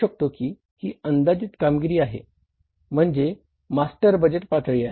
तर आपण म्हणू शकतो की ही अंदाजित कामगिरी आहे म्हणजे मास्टर बजेट पातळी आहे